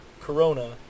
Corona